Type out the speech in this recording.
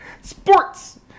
Sports